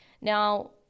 Now